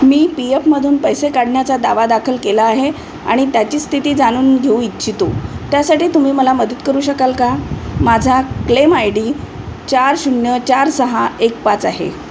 मी P एफमधून पैसे काढण्याचा दावा दाखल केला आहे आणि त्याची स्थिती जाणून घेऊ इच्छितो त्यासाठी तुम्ही मला मदत करू शकाल का माझा क्लेम आय डी चार शून्य चार सहा एक पाच आहे